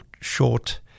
short